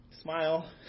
smile